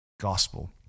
gospel